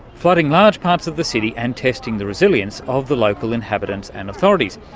flooding large parts of the city and testing the resilience of the local inhabitants and authorities,